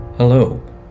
Hello